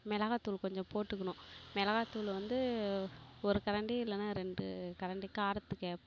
மிளகாத்தூளு கொஞ்சம் போட்டுக்கணும் மெளகா தூளு வந்து ஒரு கரண்டி இல்லைன்னா ரெண்டு கரண்டி காரத்துக்கு